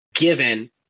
given